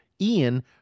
Ian